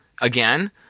again